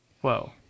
Whoa